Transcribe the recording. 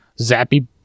zappy